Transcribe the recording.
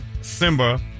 Simba